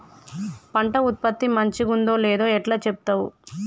పంట ఉత్పత్తి మంచిగుందో లేదో ఎట్లా చెప్తవ్?